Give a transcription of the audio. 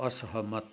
असहमत